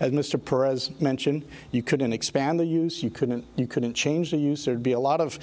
as mr president mention you couldn't expand the use you couldn't you couldn't change the use or be a lot of